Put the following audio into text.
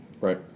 Right